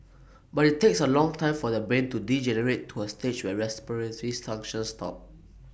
but IT takes A long time for the brain to degenerate to A stage where respiratory functions stop